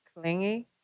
clingy